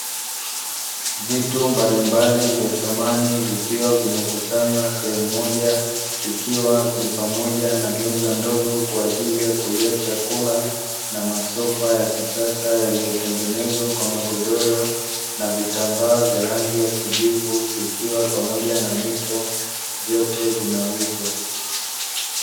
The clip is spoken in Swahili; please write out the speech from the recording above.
Vitu mbalimbali vya samani vikiwa vimekusanywa sehemu moja. Ikiwa ni pamoja na meza ndogo kwa ajili ya kulia chakula na masofa ya kisasa yaliyotengenezwa kwa magodoro na vitambaa vya rangi ya kijivu, vikiwa pamoja na mito, vyote vinauzwa.